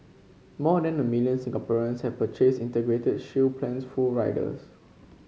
more than a million Singaporeans have purchased Integrated Shield Plan full riders